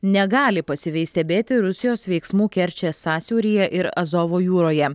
negali pasyviai stebėti rusijos veiksmų kerčės sąsiauryje ir azovo jūroje